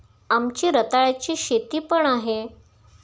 आमची रताळ्याची शेती पण आहे